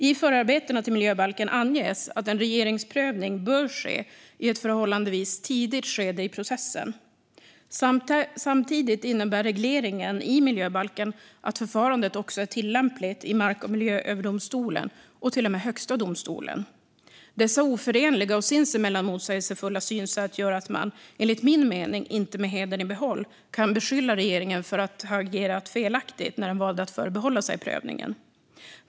I förarbetena till miljöbalken anges att en regeringsprövning bör ske i ett förhållandevis tidigt skede i processen. Samtidigt innebär regleringen i miljöbalken att förfarandet också är tillämpligt i Mark och miljööverdomstolen och till och med i Högsta domstolen. Dessa oförenliga och sinsemellan motsägelsefulla synsätt gör att man enligt min mening inte med hedern i behåll kan beskylla regeringen för att ha agerat felaktigt när den valde att förbehålla sig prövningen.